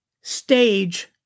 stage